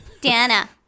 Dana